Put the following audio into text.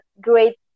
great